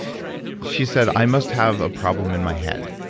she said, i must have a problem in my head.